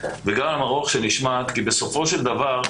וגם הרוח שנשמעת כי בסופו של דבר,